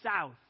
south